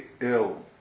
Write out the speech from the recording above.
ill